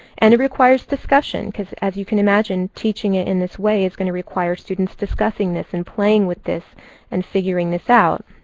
and it requires discussion because, as you can imagine, teaching it in this way is going to require students discussing this and playing with this and figuring this out.